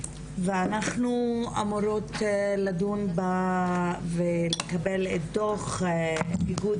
ואנחנו אמורות לדון ולקבל דוח איגוד